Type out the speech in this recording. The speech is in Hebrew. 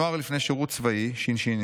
נוער לפני שירות צבאי (ש"ש),